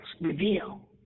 reveal